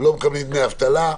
לקבל דמי אבטלה,